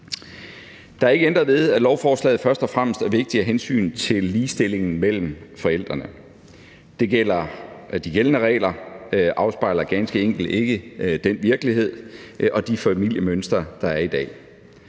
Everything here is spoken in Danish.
Der er ikke ændret ved, at lovforslaget først og fremmest er vigtigt af hensyn til ligestillingen mellem forældrene. De gældende regler afspejler ganske enkelt ikke den virkelighed og de familiemønstre, der er i dag.